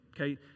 okay